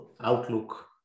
outlook